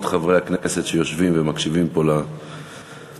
חברי הכנסת שיושבים ומקשיבים פה לנאום.